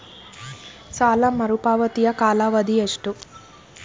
ಸಾಲ ಮರುಪಾವತಿಯ ಕಾಲಾವಧಿ ಎಷ್ಟು?